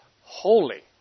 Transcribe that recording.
holy